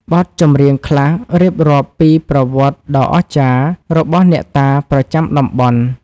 បទចម្រៀងខ្លះរៀបរាប់ពីប្រវត្តិដ៏អស្ចារ្យរបស់អ្នកតាប្រចាំតំបន់។